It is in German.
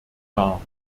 dar